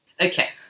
Okay